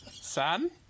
son